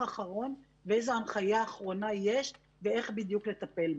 האחרון ואיזו הנחיה האחרונה יש ואיך בדיוק לטפל בה.